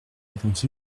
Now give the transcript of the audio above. avons